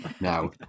Now